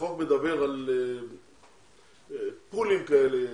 החוק מדבר על פּוּּלים כאלה,